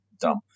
dumb